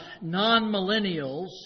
non-millennials